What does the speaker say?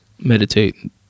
meditate